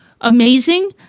amazing